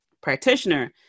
practitioner